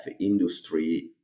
industry